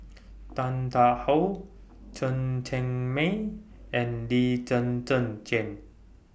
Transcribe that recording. Tan Tarn How Chen Cheng Mei and Lee Zhen Zhen Jane